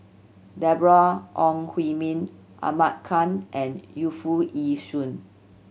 Deborah Ong Hui Min Ahmad Khan and Yu Foo Yee Shoon